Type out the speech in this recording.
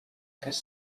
cas